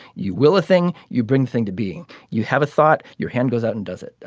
you will a thing you bring thing to being you have a thought your hand goes out and does it.